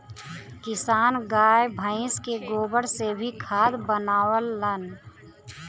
किसान गाय भइस के गोबर से भी खाद बनावलन